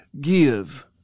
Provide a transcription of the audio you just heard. give